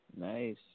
Nice